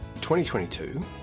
2022